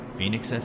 Phoenix